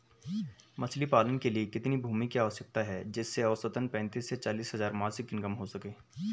मछली पालन के लिए कितनी भूमि की आवश्यकता है जिससे औसतन पैंतीस से चालीस हज़ार मासिक इनकम हो सके?